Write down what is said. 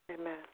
Amen